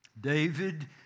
David